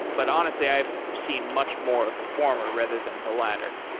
but honestly i've seen much more of the former rather than the latter.